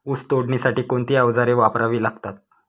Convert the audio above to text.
ऊस तोडणीसाठी कोणती अवजारे वापरावी लागतात?